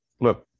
Look